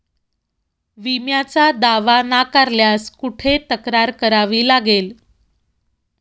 विम्याचा दावा नाकारल्यास कुठे तक्रार करावी लागेल?